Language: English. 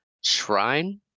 shrine